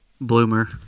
Bloomer